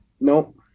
Nope